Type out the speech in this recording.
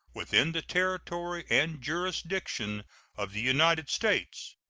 within the territory and jurisdiction of the united states,